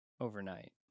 overnight